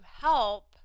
help